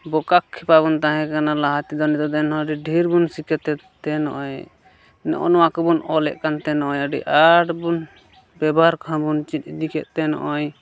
ᱵᱚᱠᱟ ᱠᱷᱮᱯᱟ ᱵᱚᱱ ᱛᱟᱦᱮᱸ ᱠᱟᱱᱟ ᱞᱟᱦᱟ ᱛᱮᱫᱚ ᱱᱤᱛᱚᱜ ᱮᱱ ᱦᱚᱸ ᱟᱹᱰᱤ ᱰᱷᱮᱹᱨ ᱵᱚᱱ ᱥᱤᱠᱟᱹᱛ ᱮᱱᱛᱮ ᱱᱚᱜᱼᱚᱸᱭ ᱱᱚᱜᱚ ᱱᱚᱣᱟ ᱠᱚᱵᱚᱱ ᱚᱞᱮᱫ ᱠᱟᱱᱛᱮ ᱱᱚᱜᱼᱚᱸᱭ ᱟᱹᱰᱤ ᱟᱸᱴ ᱵᱚᱱ ᱵᱮᱵᱚᱦᱟᱨ ᱠᱚ ᱦᱚᱸ ᱵᱚᱱ ᱪᱮᱫ ᱤᱫᱤ ᱠᱮᱫᱛᱮ ᱱᱚᱜᱼᱚᱸᱭ